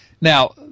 Now